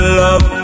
love